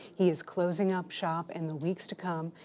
he is closing up shop in the weeks to come,